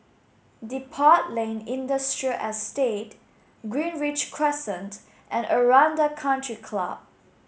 Depot Lane Industrial Estate Greenridge Crescent and Aranda Country Club